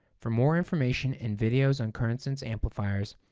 for more information and videos on current sense amplifiers,